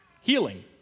healing